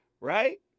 Right